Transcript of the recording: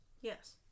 Yes